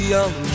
Young